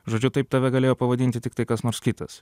žodžiu taip tave galėjo pavadinti tiktai kas nors kitas